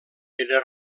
era